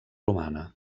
romana